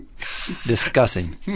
discussing